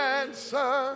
answer